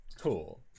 Cool